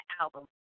album